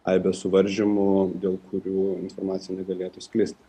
aibės suvaržymų dėl kurių informacija negalėtų sklisti